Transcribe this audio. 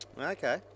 Okay